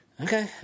okay